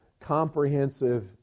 comprehensive